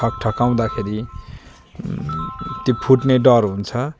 ठक्ठकाउँदाखेरि त्यो फुट्ने डर हुन्छ